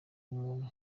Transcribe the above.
umuntu